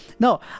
No